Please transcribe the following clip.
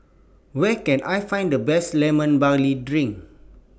Where Can I Find The Best Lemon Barley Drink